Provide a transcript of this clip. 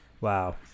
Wow